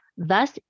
Thus